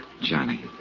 Johnny